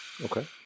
Okay